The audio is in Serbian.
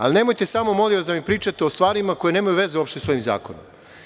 Ali, nemojte samo molim vas da mi pričate o stvarima koje nemaju veze uopšte sa ovim zakonom.